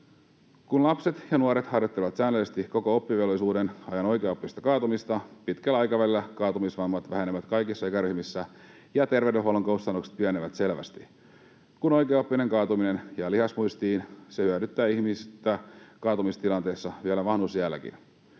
Kun lapset ja nuoret harjoittelevat säännöllisesti koko oppivelvollisuuden ajan oikeaoppista kaatumista, pitkällä aikavälillä kaatumisvammat vähenevät kaikissa ikäryhmissä ja terveydenhuollon kustannukset pienenevät selvästi. Kun oikeaoppinen kaatuminen jää lihasmuistiin, se hyödyttää ihmistä kaatumistilanteessa vielä vanhuusiälläkin.